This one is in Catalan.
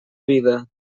vida